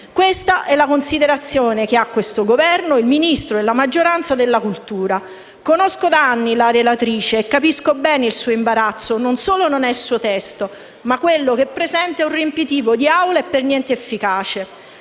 Questa è la considerazione che hanno questo Governo, il Ministro e la maggioranza della cultura. Conosco da anni la relatrice e capisco bene il suo imbarazzo: non solo non è il suo testo, ma quello che presenta è un riempitivo di Aula per niente efficace.